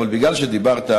אבל מכיוון שדיברת,